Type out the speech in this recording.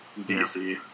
DC